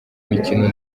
imikino